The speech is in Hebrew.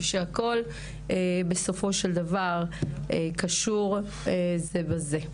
ושהכול בסופו של דבר קשור זה בזה.